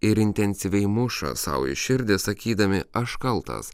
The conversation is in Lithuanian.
ir intensyviai muša sau į širdį sakydami aš kaltas